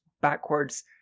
backwards